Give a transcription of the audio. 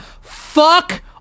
Fuck